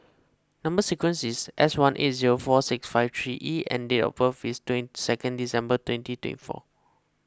Number Sequence is S one eight zero four six five three E and date of birth is twenty second December twenty two four